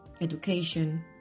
education